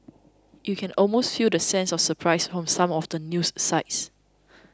you can almost feel the sense of surprise from some of the news sites